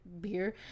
beer